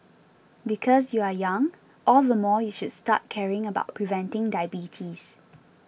because you are young all the more you should start caring about preventing diabetes